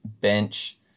bench